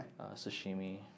sashimi